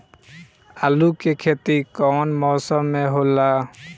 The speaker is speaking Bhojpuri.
आलू के खेती कउन मौसम में होला?